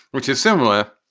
which is similar.